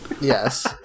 Yes